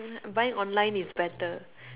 buying online is better